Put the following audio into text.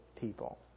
people